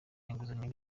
inguzanyo